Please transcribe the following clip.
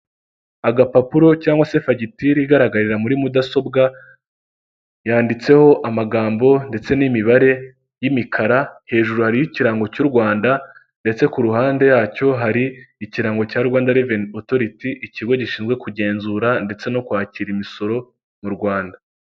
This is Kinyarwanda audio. Agapapuro cyangwa se fagitire igaragarira muri mudasobwa, yanditseho amagambo ndetse n'imibare y'imikara hejuru y'ikirango cy'u Rwanda ndetse ku ruhande yacyo hari ikirango cya Rwanda reveni otoriti, ikigo gishinzwe kugenzura ndetse no kwakira imisoro mu Rwanda.